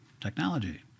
technology